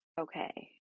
Okay